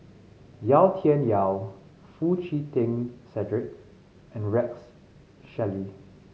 Yau Tian Yau Foo Chee Keng Cedric and Rex Shelley